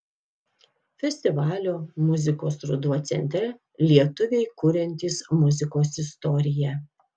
festivalio muzikos ruduo centre lietuviai kuriantys muzikos istoriją